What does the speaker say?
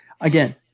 again